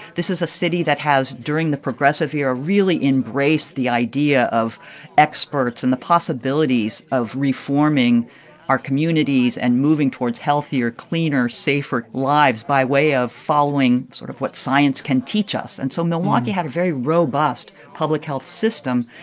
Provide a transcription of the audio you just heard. this is a city that has during the progressive era ah really embraced the idea of experts and the possibilities of reforming our communities and moving towards healthier, cleaner, safer lives by way of following sort of what science can teach us. and so milwaukee had a very robust public health system.